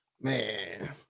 Man